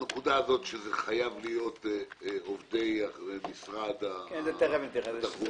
גם הנקודה שזה חייב להיות עובדי משרד התחבורה.